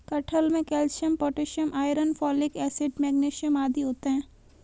कटहल में calcium potassium iron folic acid magnesium आदि होते हैं